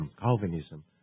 Calvinism